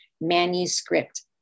manuscript